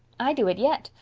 i do it yet,